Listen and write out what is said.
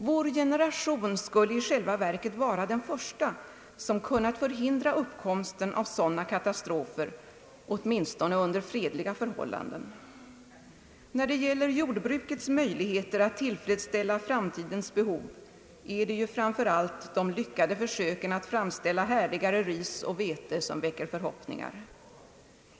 Vår generation skulle i själva verket vara den första som kunnat förhindra uppkomsten av sådana katastrofer, åtminstone under fredliga förhållanden. När det gäller jordbrukets möjligheter att tillfredsställa framtidens behov är det ju framför allt de lyckade försöken att framställa härdigare ris och vete som väcker förhoppningar.